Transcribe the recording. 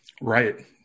right